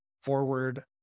forward